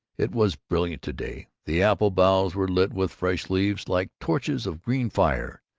it was brilliant to-day the apple boughs were lit with fresh leaves like torches of green fire.